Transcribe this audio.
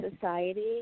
society